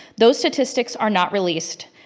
those statistics are not released.